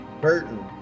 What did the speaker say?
Burton